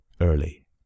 early